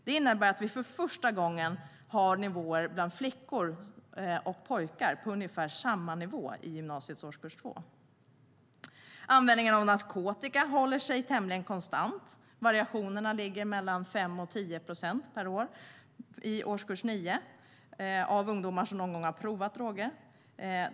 Det innebär för första gången att flickor och pojkar ligger på ungefär samma nivå i gymnasiets årskurs 2. Användningen av narkotika håller sig tämligen konstant med variationer mellan 5 och 10 procent per år när det gäller ungdomar i årskurs 9 som någon gång provat narkotika.